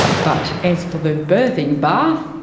but as for the birthing bath,